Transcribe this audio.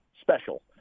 special